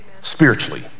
spiritually